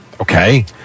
okay